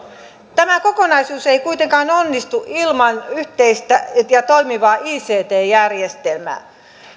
tämä kokonaisuus ei kuitenkaan onnistu ilman yhteistä ja toimivaa ict järjestelmää